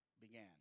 began